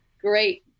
great